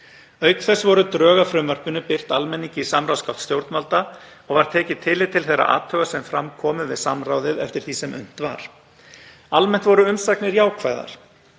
Auk þess voru drög að frumvarpinu birt almenningi í samráðsgátt stjórnvalda og var tekið tillit til þeirra athugasemda sem fram komu við samráðið eftir því sem unnt var. Almennt voru umsagnir jákvæðar